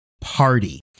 party